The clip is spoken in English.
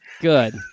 Good